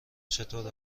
چطور